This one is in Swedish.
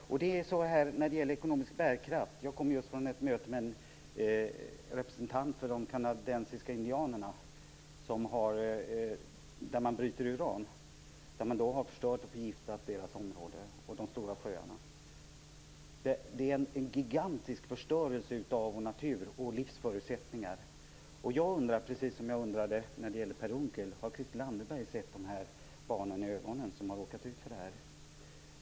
Så till frågan om ekonomisk bärkraft. Jag kommer just från ett möte med en representant för kanadensiska indianer. De kommer från ett område där man bryter uran. Man har förstört och förgiftat deras område och de stora sjöarna. Det är en gigantisk förstörelse av vår natur och våra livsförutsättningar. Jag vill fråga Christel Anderberg, precis som jag frågade Per Unckel, om hon har sett de barn i ögonen som har råkat ut för det här.